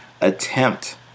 attempt